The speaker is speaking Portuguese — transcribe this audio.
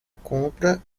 compra